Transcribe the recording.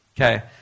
okay